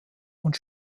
und